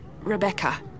Rebecca